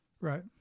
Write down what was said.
Right